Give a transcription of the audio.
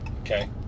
okay